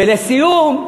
ולסיום,